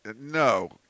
No